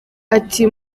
ati